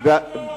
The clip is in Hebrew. בהחלט מעניין,